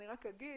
אני רק אגיד,